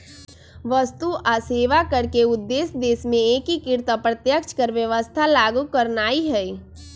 वस्तु आऽ सेवा कर के उद्देश्य देश में एकीकृत अप्रत्यक्ष कर व्यवस्था लागू करनाइ हइ